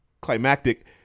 climactic